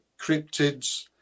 cryptids